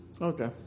Okay